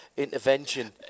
intervention